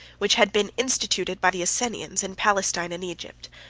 which had been instituted by the essenians, in palestine and egypt.